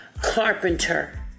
carpenter